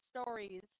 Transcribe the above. stories